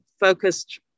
focused